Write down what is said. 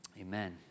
Amen